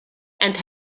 and